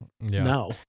no